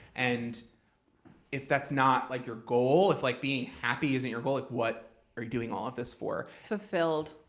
and if that's not like your goal, if like being happy isn't your goal, what are you doing all of this for? fulfilled.